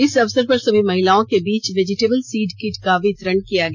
इस अवसर पर सभी महिलओं के बीच वेजिटेबल सीड किट का भी वितरण किया गया